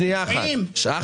חברים --- אני